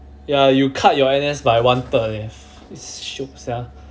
ya you cut your N_S by one third eh is shiok sia